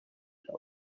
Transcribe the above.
شود